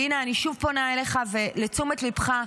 והינה אני שוב פונה אליך ולתשומת ליבך,